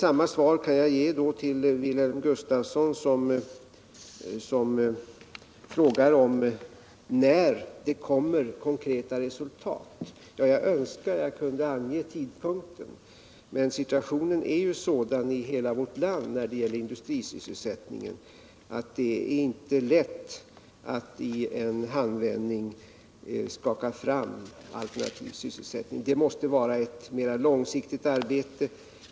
Samma svar kan jag ge till Wilhelm Gustafsson, som frågar när det kommer konkreta resultat. Jag önskar att jag kunde ange tidpunkten, men situationen är sådan i hela vårt land när det gäller industrisysselsättningen att det inte är lätt att i en handvändning skaka fram alternativ sysselsättning. Det måste vara ett mer långsiktigt arbete.